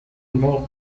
مرغ